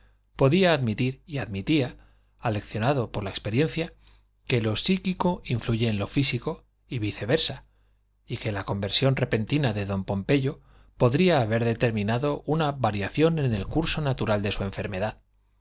podía admitir y admitía aleccionado por la experiencia que lo psíquico influye en lo físico y viceversa y que la conversión repentina de don pompeyo podría haber determinado una variación en el curso natural de su enfermedad